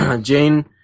Jane